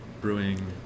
brewing